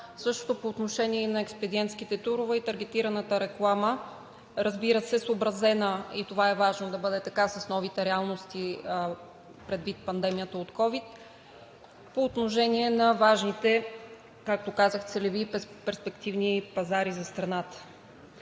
Същото е и по отношение на експедиентските турове и таргетираната реклама, разбира се, съобразена – и това е важно да бъде така, с новите реалности предвид пандемията от ковид по отношение на важните, както казах, целеви и перспективни пазари за страната.